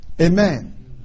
Amen